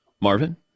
Marvin